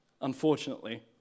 unfortunately